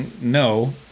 no